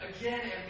Again